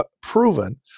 proven